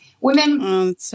Women